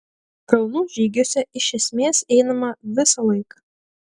kalnų žygiuose iš esmės einama visą laiką